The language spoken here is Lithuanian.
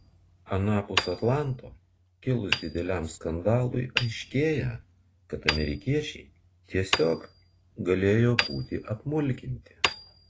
anapus atlanto kilus dideliam skandalui aiškėja kad amerikiečiai tiesiog galėjo būti apmulkinti